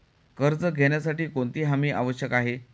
कर्ज घेण्यासाठी कोणती हमी आवश्यक आहे?